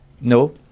No